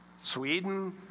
Sweden